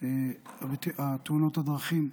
תאונות הדרכים,